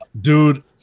dude